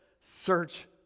search